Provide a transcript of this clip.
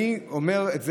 אני אומר את זה,